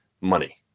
money